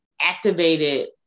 activated